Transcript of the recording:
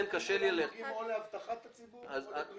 או לאבטחת הציבור או לבריאות הציבור.